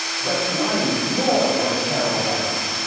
but my lord, what a terrible headline.